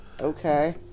Okay